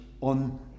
on